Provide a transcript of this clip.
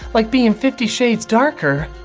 like be in fifty shades darker.